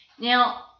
Now